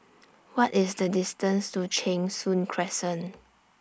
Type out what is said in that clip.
What IS The distance to Cheng Soon Crescent